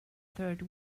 third